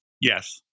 Yes